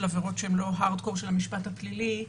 עבירות שהן לא "הארד קור" של המשפט הפלילי.